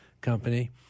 Company